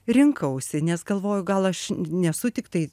rinkausi nes galvoju gal aš nesu tiktai